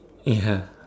ya